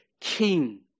king